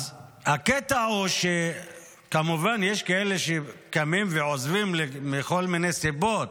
הקטע הוא שכמובן יש כאלה שקמים ועוזבים מכל מיני סיבות,